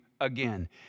again